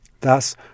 Thus